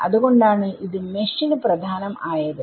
അത് കൊണ്ടാണ് ഇത് മെഷ് ന് പ്രധാനം ആയത്